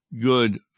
good